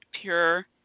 pure